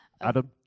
adam